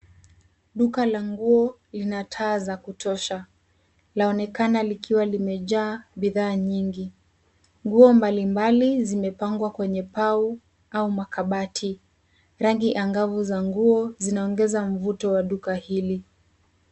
Duka la nguo lina taa za kutosha. Laonekana likiwa limejaa bidhaa nyingi. Nguo mbalimbali zimepangwa kwenye pau au makabati. Rangi angavu za nguo zinaongeza mvuto wa duka hili.